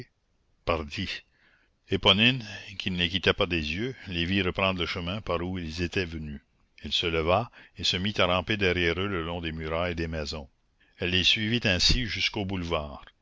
éponine qui ne les quittait pas des yeux les vit reprendre le chemin par où ils étaient venus elle se leva et se mit à ramper derrière eux le long des murailles et des maisons elle les suivit ainsi jusqu'au boulevard